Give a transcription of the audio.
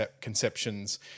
conceptions